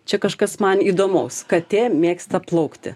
čia kažkas man įdomaus katė mėgsta plaukti